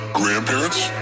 grandparents